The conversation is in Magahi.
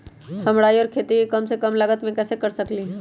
हम राई के खेती कम से कम लागत में कैसे कर सकली ह?